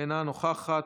אינה נוכחת.